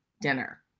dinner